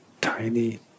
tiny